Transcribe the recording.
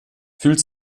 fühlt